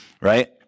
Right